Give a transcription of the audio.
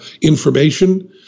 information